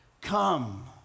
Come